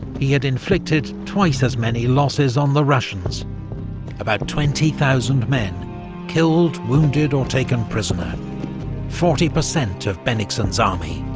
he had inflicted twice as many losses on the russians about twenty thousand men killed, wounded, or taken prisoner forty percent of bennigsen's army.